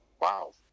wow